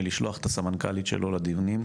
מלשלוח את הסמנכ"לית שלו לדיונים,